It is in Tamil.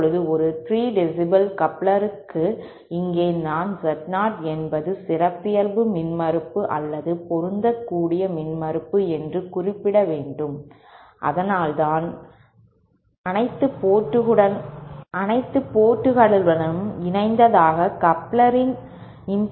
இப்போது ஒரு 3 dB கப்ளர்களுக்கு இங்கே நான் Z0 என்பது சிறப்பியல்பு மின்மறுப்பு அல்லது பொருந்தக்கூடிய மின்மறுப்பு என்று குறிப்பிட வேண்டும் அதாவது அனைத்து போர்ட்களுடனும் இணைந்ததாக கப்ளெரின் இம்போடென்ஸ் ஆகும்